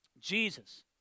Jesus